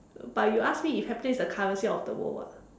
but you ask me if happiness is the currency of the world [what]